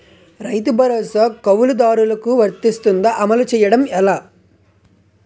రైతు భరోసా కవులుదారులకు వర్తిస్తుందా? అమలు చేయడం ఎలా